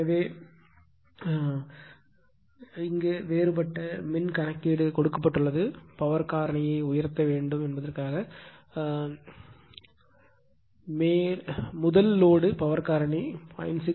எனவே வேறுபட்ட மின் கணக்கீடு கொடுக்கப்பட்டுள்ளது பவர் காரணியை உயர்த்த வேண்டும் முதல் லோடு பவர் காரணி 0